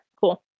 cool